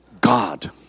God